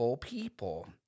people